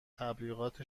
تبلیغات